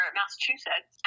Massachusetts